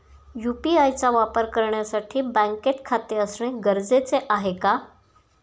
UPI चा वापर करण्यासाठी बँकेत खाते असणे गरजेचे आहे का?